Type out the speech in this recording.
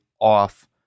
off